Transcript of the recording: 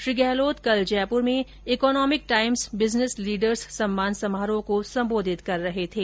श्री गहलोत कल जयपुर में Economic Times business leaders सम्मान समारोह को संबोधित कर रहे थे